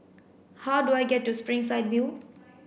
how do I get to Springside View